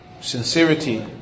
sincerity